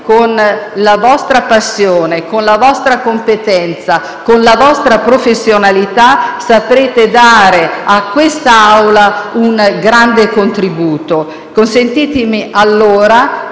con la vostra passione, con la vostra competenza e con la vostra professionalità, saprete dare a quest'Aula un grande contributo. Consentitemi, allora,